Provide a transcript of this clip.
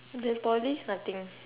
your poly nothing